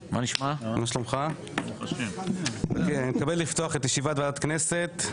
אני מתכבד לפתוח את ישיבת ועדת הכנסת.